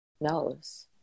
knows